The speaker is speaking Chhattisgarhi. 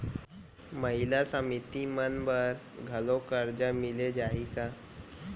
महिला समिति मन बर घलो करजा मिले जाही का?